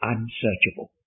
Unsearchable